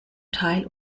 teil